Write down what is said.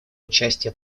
участия